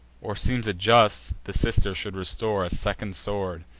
or seems it just, the sister should restore a second sword,